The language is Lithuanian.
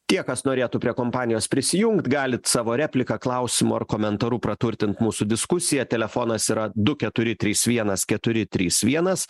tie kas norėtų prie kompanijos prisijungt galit savo repliką klausimu ar komentaru praturtint mūsų diskusiją telefonas yra du keturi trys vienas keturi trys vienas